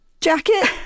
jacket